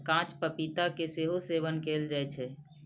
कांच पपीता के सेहो सेवन कैल जाइ छै